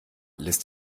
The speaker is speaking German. lässt